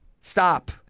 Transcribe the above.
Stop